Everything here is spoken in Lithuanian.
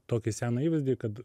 tokį seną įvaizdį kad